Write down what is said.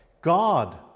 God